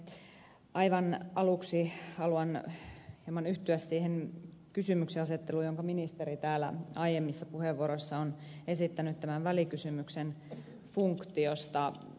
aivan aluksi haluan hieman yhtyä siihen kysymyksenasetteluun jonka ministeri täällä aiemmissa puheenvuoroissaan on esittänyt tämän välikysymyksen funktiosta